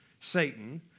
Satan